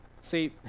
See